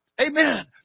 Amen